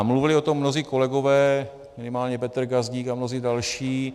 Mluvili o tom mnozí kolegové, minimálně Petr Gazdík a mnozí další.